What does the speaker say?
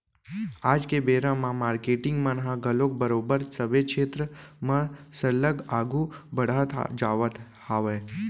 आज के बेरा म मारकेटिंग मन ह घलोक बरोबर सबे छेत्र म सरलग आघू बड़हत जावत हावय